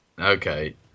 Okay